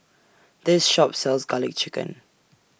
This Shop sells Garlic Chicken